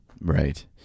right